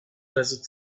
desert